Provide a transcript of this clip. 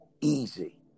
easy